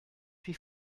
wie